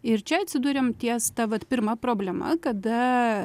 ir čia atsiduriam ties ta vat pirma problema kada